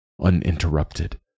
uninterrupted